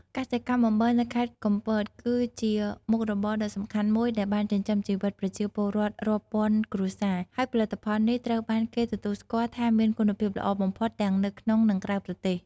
កសិកម្មអំបិលនៅខេត្តកំពតគឺជាមុខរបរដ៏សំខាន់មួយដែលបានចិញ្ចឹមជីវិតប្រជាពលរដ្ឋរាប់ពាន់គ្រួសារ ហើយផលិតផលនេះត្រូវបានគេទទួលស្គាល់ថាមានគុណភាពល្អបំផុតទាំងនៅក្នុងនិងក្រៅប្រទេស។